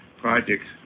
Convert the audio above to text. projects